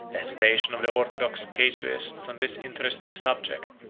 hesitation of the orthodox casuists on this interesting subject,